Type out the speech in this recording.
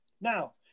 Now